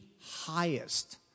highest